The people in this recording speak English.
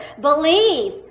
believe